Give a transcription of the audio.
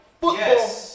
football